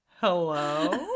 hello